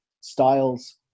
styles